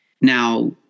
Now